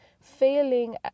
failing